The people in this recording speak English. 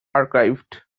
archived